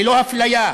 ללא אפליה,